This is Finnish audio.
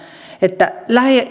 että